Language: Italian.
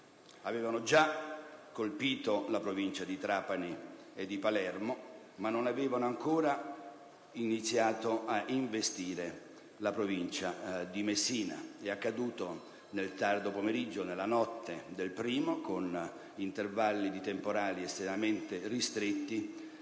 avevano già colpito le province di Trapani e di Palermo, ma non avevano ancora iniziato ad investire la provincia di Messina. È accaduto nel tardo pomeriggio, nella notte, del 1° ottobre, con intervalli di temporale estremamente ristretti